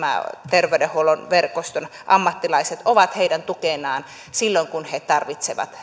terveydenhuollon verkoston ammattilaiset ovat heidän tukenaan silloin kun he tarvitsevat